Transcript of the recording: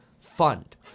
fund